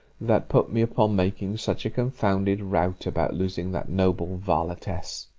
that put me upon making such a confounded rout about losing that noble varletess.